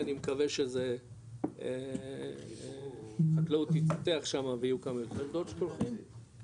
אני מקווה שזה החקלאות תתפתח שמה ויהיו כמויות יותר גדולות של חקלאות,